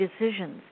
decisions